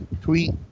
tweet